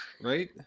Right